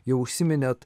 jau užsiminėt